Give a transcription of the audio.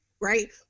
right